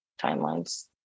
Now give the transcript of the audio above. timelines